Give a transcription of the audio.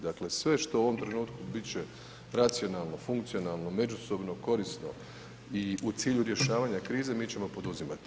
Dakle, sve što u ovom trenutku bit će racionalno, funkcionalno, međusobno korisno i u cilju rješavanja krize mi ćemo poduzimati.